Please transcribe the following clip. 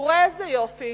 וראה איזה יופי,